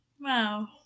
Wow